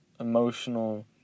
emotional